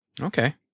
Okay